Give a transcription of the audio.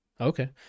Okay